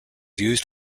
used